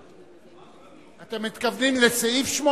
אתם מתכוונים לסעיף 8?